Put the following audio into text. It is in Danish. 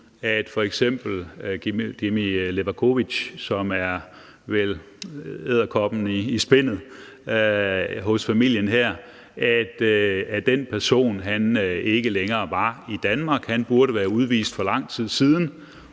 at f.eks. Gimi Levakovic, som vel er edderkoppen i spindet hos familien her, ikke længere var i Danmark; han burde være udvist for lang tid siden,